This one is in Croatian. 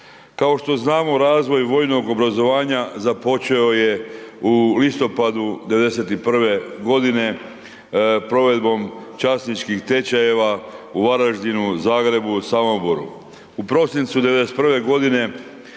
Kao što znamo, razvoj vojnog obrazovanja započeo je u listopadu '91. g. provedbom časničkih tečajeva u Varaždinu, Zagrebu, Samoboru. U prosincu '91. g.